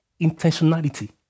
intentionality